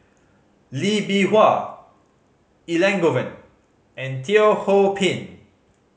Lee Bee Wah Elangovan and Teo Ho Pin